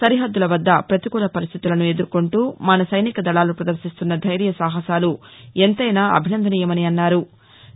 సరిహద్దుల వద్ద ప్రతికూల పరిస్థితులను ఎదుర్కొంటూ మన సైనికదళాలు ప్రదర్భిస్తున్న ధైర్య సాహసాలు ఎంతైనా అభినందనీయమని అన్నారు